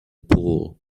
pool